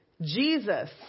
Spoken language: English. Jesus